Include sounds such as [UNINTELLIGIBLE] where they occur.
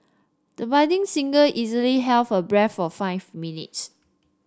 the budding singer easily [UNINTELLIGIBLE] her [UNINTELLIGIBLE] for five minutes